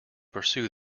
pursue